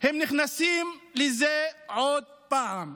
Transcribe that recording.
הם נכנסים לשם עוד פעם.